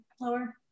lower